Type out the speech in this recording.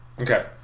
Okay